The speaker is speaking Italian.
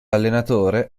allenatore